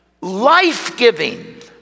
life-giving